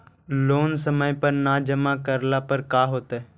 Loan समय पर न जमा करला पर का होतइ?